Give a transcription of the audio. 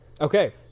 Okay